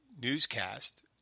newscast